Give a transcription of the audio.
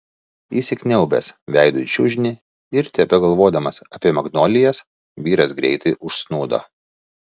įsikniaubęs veidu į čiužinį ir tebegalvodamas apie magnolijas vyras greitai užsnūdo